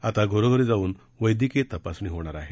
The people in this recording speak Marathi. आता घरोघरी जाऊन वैद्यकीय तपासणी होणार आहे